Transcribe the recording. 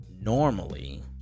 normally